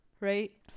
right